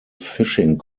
fishing